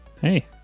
Hey